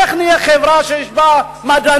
איך נהיה חברה שיש בה מדענים?